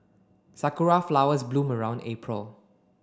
Sakura flowers bloom around April